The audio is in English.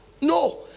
No